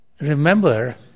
remember